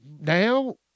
now